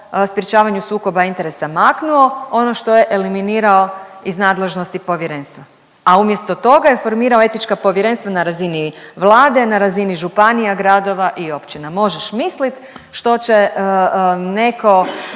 sukoba interesa maknuo, ono što je eliminirao iz nadležnosti Povjerenstva, a umjesto toga je formirao etička povjerenstva na razini Vlade, na razini županija, gradova i općina. Možeš mislit što će neko